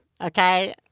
Okay